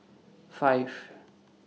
five